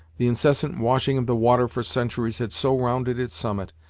the incessant washing of the water for centuries had so rounded its summit,